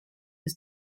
his